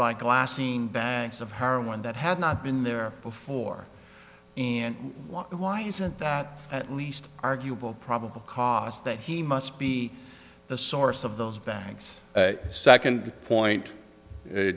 by glassine bags of heroin that had not been there before and why isn't that at least arguable probable cause that he must be the source of those banks second point